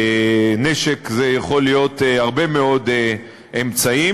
נשק יכול להיות הרבה מאוד אמצעים.